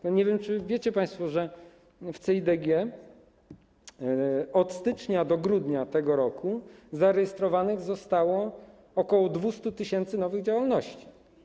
Nie wiem, czy wiecie państwo, że w CEIDG od stycznia do grudnia tego roku zarejestrowanych zostało ok. 200 tys. nowych działalności.